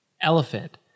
elephant